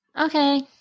Okay